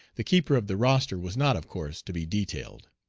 the keeper of the roster was not of course to be detailed.